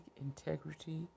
Integrity